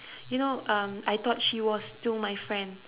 you know um I thought she was still my friend